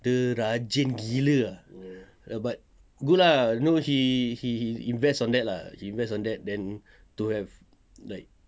dia rajin gila ah ya but good lah know he he he he invests on that lah he invests on that then to have like